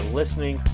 listening